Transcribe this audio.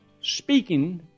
speaking